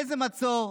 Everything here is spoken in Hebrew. איזה מצור?